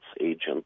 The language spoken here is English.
agents